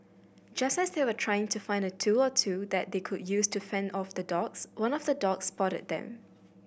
just as they were trying to find a tool or two that they could use to fend off the dogs one of the dogs spotted them